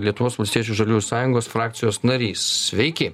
lietuvos valstiečių žaliųjų sąjungos frakcijos narys sveiki